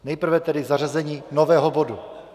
Nejprve tedy zařazení nového bodu.